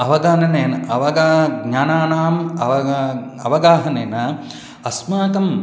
अवगमनेन अवगमनं ज्ञानानाम् अवगमनम् अवगाहनेन अस्माकं